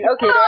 Okay